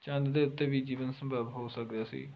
ਚੰਦ ਦੇ ਉੱਤੇ ਵੀ ਜੀਵਨ ਸੰਭਵ ਹੋ ਸਕਿਆ ਸੀ